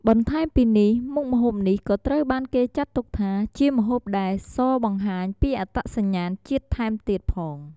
បន្ថែមពីនេះមុខម្ហូបនេះក៏ត្រូវបានគេចាត់ទុកថា ជាម្ហូបដែលសរបង្ហាញពីអត្តសញ្ញាណជាតិថែមទៀតផង។